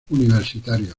universitarios